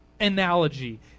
analogy